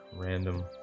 random